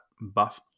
buff